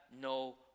no